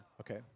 Okay